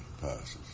passes